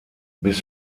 bis